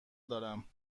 دارم